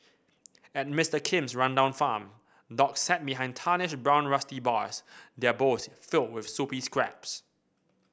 at Mister Kim's rundown farm dogs sat behind tarnished brown rusty bars their bowls filled with soupy scraps